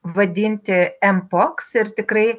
vadinti em poks ir tikrai